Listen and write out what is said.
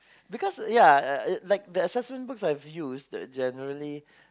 because like yeah uh uh like the assessment books I've used generally